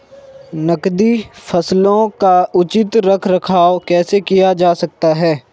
नकदी फसलों का उचित रख रखाव कैसे किया जा सकता है?